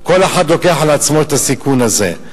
כל אחד לוקח על עצמו את הסיכון הזה.